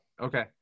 Okay